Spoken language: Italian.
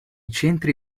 centri